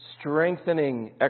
strengthening